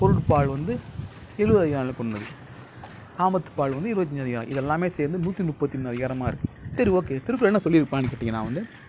பொருட்பால் வந்து எழுபது அதிகாரங்களை கொண்டது காமத்துப்பால் வந்து இருபத்தி அஞ்சு அதிகாரம் இது எல்லாமே சேர்ந்து நூற்றி முப்பத்தி மூணு அதிகாரமாக இருக்குது சரி ஓகே திருக்குறள் என்ன சொல்லியிருப்பாங்கன் கேட்டீங்கன்னால் வந்து